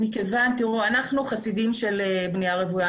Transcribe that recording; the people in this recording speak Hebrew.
אנחנו חסידים של בנייה רוויה.